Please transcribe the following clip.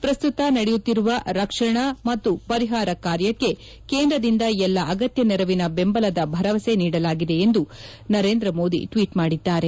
ಪ್ರಸ್ತುತ ನಡೆಯುತ್ತಿರುವ ರಕ್ಷಣಾ ಮತ್ತು ಪರಿಹಾರ ಕಾರ್ಯಕ್ಕೆ ಕೇಂದ್ರದಿಂದ ಎಲ್ಲ ಅಗತ್ಯ ನೆರವಿನ ಬೆಂಬಲದ ಭರವಸೆ ನೀಡಲಾಗಿದೆ ಎಂದು ನರೇಂದ್ರ ಮೋದಿ ಟ್ವೀಟ್ನಲ್ಲಿ ತಿಳಿಬಿದ್ದಾರೆ